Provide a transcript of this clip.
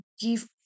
give